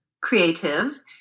creative